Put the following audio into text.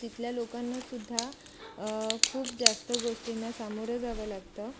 तिथल्या लोकांनासुद्धा खूप जास्त गोष्टींना सामोरं जावं लागतं